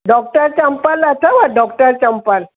doctor चंपल अथव doctor चंपल